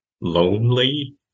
lonely